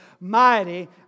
mighty